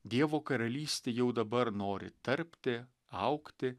dievo karalystė jau dabar nori tarpti augti